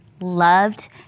loved